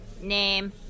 Name